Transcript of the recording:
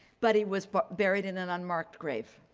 but he was buried in an unmarked grave,